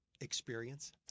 experience